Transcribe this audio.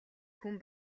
хүн